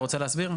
אתה רוצה להסביר?